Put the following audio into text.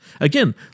Again